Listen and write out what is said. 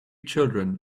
children